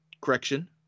Correction